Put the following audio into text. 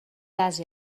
ase